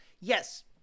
Yes